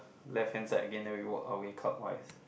left hand side again then we work our way top wise